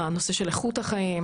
הנושא של איכות החיים,